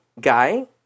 guy